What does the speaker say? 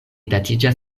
datiĝas